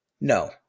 No